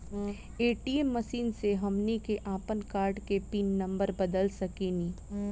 ATM machine से हमनी के आपन कार्ड के पिन नम्बर बदल सके नी